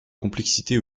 complexité